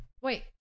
wait